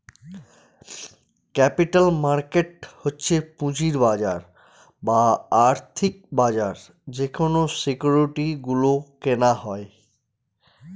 capital market হচ্ছে পুঁজির বাজার বা আর্থিক বাজার যেখানে সিকিউরিটি গুলো কেনা হয়